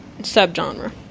subgenre